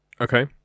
Okay